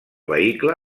vehicle